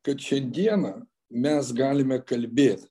kad šiandieną mes galime kalbėt